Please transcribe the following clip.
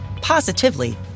positively